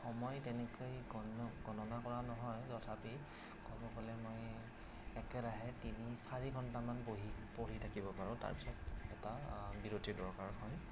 সময় তেনেকৈ গণ্য় গণনা কৰা নহয় তথাপি ক'ব গ'লে মই একেৰাহে তিনি চাৰি ঘন্টামান বহি পঢ়ি থাকিব পাৰোঁ তাৰপিছত এটা বিৰতিৰ দৰকাৰ হয়